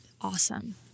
awesome